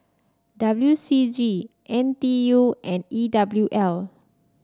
W C G N T U and E W L